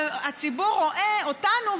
והציבור רואה אותנו,